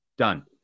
Done